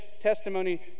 testimony